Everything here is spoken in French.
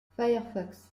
firefox